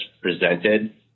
presented